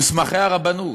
מוסמכי הרבנות,